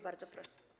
Bardzo proszę.